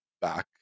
back